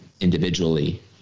individually